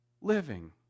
living